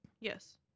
Yes